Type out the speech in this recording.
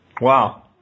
Wow